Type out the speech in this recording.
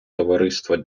товариства